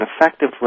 effectively